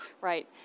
Right